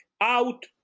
out